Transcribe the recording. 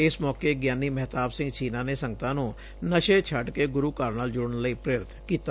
ਇਕ ਮੌਕੇ ਗਿਆਨੀ ਮਹਿਤਾਬ ਸਿੰਘ ਛੀਨਾ ਨੇ ਸੰਗਤਾਂ ਨੂੰ ਨਸ਼ੇ ਛੱਡ ਕੇ ਗੁਰੂ ਘਰ ਨਾਲ ਜੁਤਨ ਲਈ ਪ੍ਰੇਰਿਤ ਕੀਤਾ